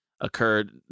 occurred